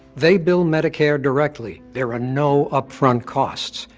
they bill medicare directly. there are no upfront costs,